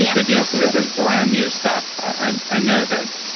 yeah good deal. so this is brand new stuff. i i know that,